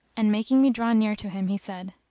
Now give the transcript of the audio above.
and, making me draw near to him he said,